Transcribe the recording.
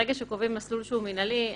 ברגע שקובעים מסלול שהוא מנהלי,